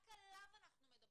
רק עליו אנחנו מדברים,